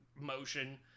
motion